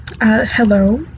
hello